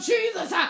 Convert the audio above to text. Jesus